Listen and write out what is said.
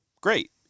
great